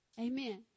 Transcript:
Amen